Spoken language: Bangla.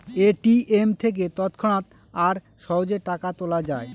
এ.টি.এম থেকে তৎক্ষণাৎ আর সহজে টাকা তোলা যায়